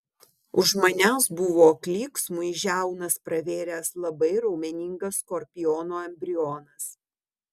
už manęs buvo klyksmui žiaunas pravėręs labai raumeningas skorpiono embrionas